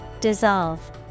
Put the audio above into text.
Dissolve